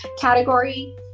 category